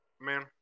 Man